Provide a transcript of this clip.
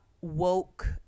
woke